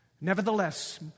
Nevertheless